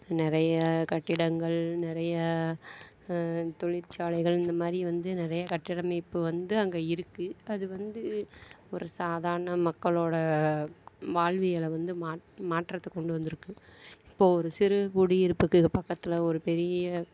நிறைய கட்டிடங்கள் நிறைய தொழிற்சாலைகள் இந்த மாதிரி வந்து நிறைய கட்டிட அமைப்பு வந்து அங்கே இருக்கு அது வந்து ஒரு சாதாரண மக்களோட வாழ்வியலை வந்து மாற்றத்துக்கு கொண்டு வந்துருக்கு இப்போ ஒரு சிறு குடியிருப்புக்கு பக்கத்தில் ஒரு பெரிய